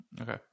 Okay